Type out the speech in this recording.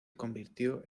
convirtió